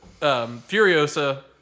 Furiosa